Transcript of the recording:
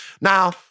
Now